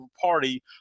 party